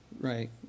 right